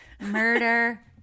murder